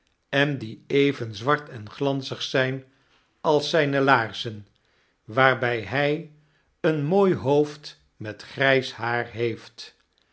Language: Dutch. en die even zwart en glanzig zyn als zyne iaarzen waarby bij een mooi noofd met grys haar heeft